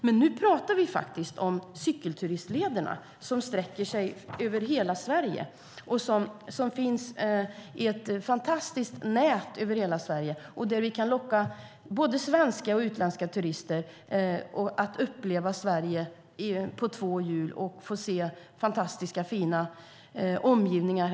Men nu pratar vi faktiskt om cykelturistlederna, som sträcker sig över hela Sverige och som finns i ett fantastiskt nät över hela Sverige. Vi kan locka både svenska och utländska turister att uppleva Sverige på två hjul och se fantastiskt fina omgivningar.